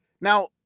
Now